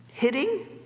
Hitting